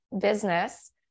business